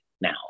now